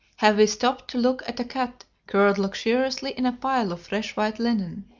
have we stopped to look at a cat curled luxuriously in a pile of fresh white linen,